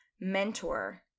mentor